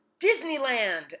Disneyland